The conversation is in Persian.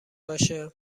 باشه